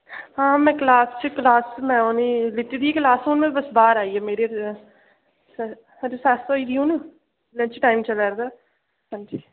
हां में क्लास च क्लास च में हूनै लैती दी क्लास हून बाह्र आई आं मेरी रेसेस होई ही हून लंच टाइम चला दा हां जी